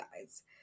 guys